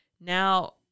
Now